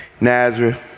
Nazareth